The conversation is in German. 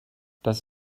das